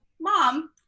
mom